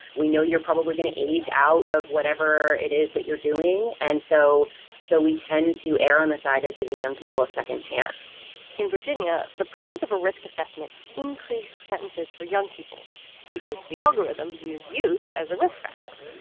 we know you're probably going to age out of whatever it is that you're doing. and so so we tend to air on the side of giving young people a second chance in virginia, the presence of a risk assessment increased sentences for young people because the algorithm views youth as a risk factor.